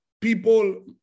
people